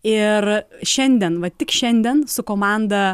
ir šiandien va tik šiandien su komanda